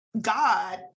God